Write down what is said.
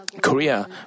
Korea